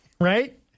Right